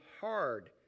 hard